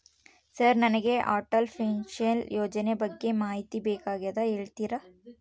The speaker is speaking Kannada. ಸರ್ ನನಗೆ ಅಟಲ್ ಪೆನ್ಶನ್ ಯೋಜನೆ ಬಗ್ಗೆ ಮಾಹಿತಿ ಬೇಕಾಗ್ಯದ ಹೇಳ್ತೇರಾ?